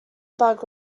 bug